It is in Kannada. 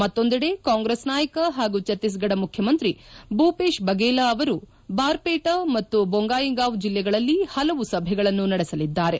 ಮತ್ತೊಂದೆಡೆ ಕಾಂಗ್ರೆಸ್ ನಾಯಕ ಹಾಗೂ ಛತ್ತೀಸ್ಗಢ ಮುಖ್ಯಮಂತ್ರಿ ಭೂಷೇತ್ ಬಗೇಲಾ ಅವರು ಬಾರ್ಪೇಟಾ ಮತ್ತು ದೊಂಗಾಯಿಗಾಂವ್ ಜಿಲ್ಲೆಗಳಲ್ಲಿ ಪಲವು ಸಭೆಗಳನ್ನು ನಡೆಸಲಿದ್ದಾರೆ